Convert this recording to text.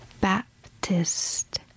Baptist